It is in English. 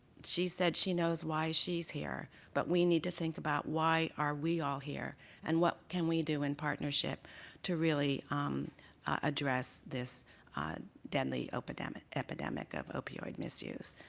she said she knows why she's here, but we need to think about why are we all here and what can we do in partnership to really address this deadly epidemic epidemic of opioid opioid misuse.